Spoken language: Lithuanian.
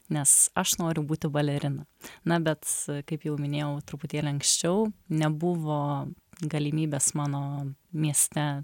nes aš noriu būti balerina na bet kaip jau minėjau truputėlį anksčiau nebuvo galimybės mano mieste